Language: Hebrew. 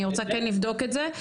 אני רוצה כן לבדוק את זה,